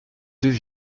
deux